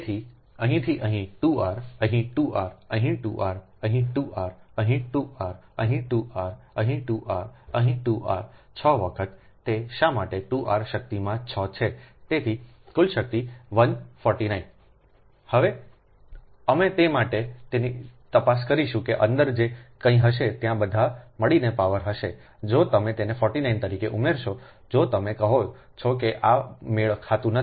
તેથી અહીંથી અહીં 2 r અહીં 2 r અહીં 2 r અહીં 2 r અહીં 2 r અહીં 2 r અહીં 2 r અહીં 2 r 6 વખત તે શા માટે 2 r શક્તિમાં 6 છે તેથી કુલ શક્તિ 1 49હવે અમે તે માટે તેની તપાસ કરીશું કે અંદર જે કંઈ હશે ત્યાં બધા મળીને પાવર હશે જો તમે તેને 49 તરીકે ઉમેરશો જો તમે કહો છો કે આ મેળ ખાતું નથી